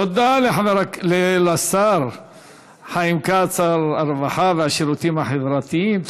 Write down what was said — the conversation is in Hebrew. תודה לשר חיים כץ, שר הרווחה והשירותים החברתיים.